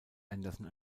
anderson